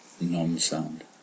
non-sound